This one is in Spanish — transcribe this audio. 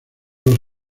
los